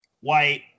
White